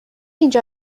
اینجا